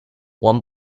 one